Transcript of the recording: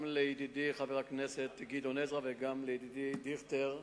לידידי חבר הכנסת גדעון עזרא וגם לידידי דיכטר,